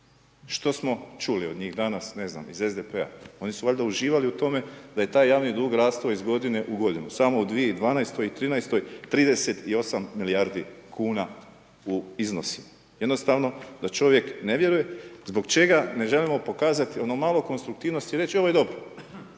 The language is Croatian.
Što smo čuli od njih danas, ne znam iz SDP-a oni su valjda uživali u tome da je taj javni dug rastao iz godine u godinu samo u 2012. i 2013. 38 milijardi kuna u iznosima. Jednostavno da čovjek ne vjeruje zbog čega ne želimo pokazati ono malo konstruktivnosti i reći ovo je dobro,